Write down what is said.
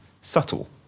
subtle